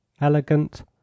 elegant